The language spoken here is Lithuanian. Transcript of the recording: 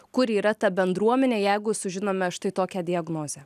kur yra ta bendruomenė jeigu sužinome štai tokią diagnozę